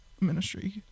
ministry